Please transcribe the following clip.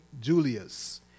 Julius